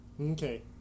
okay